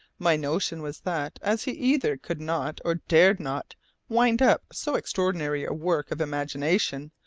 my notion was that, as he either could not or dared not wind up so extraordinary a work of imagination,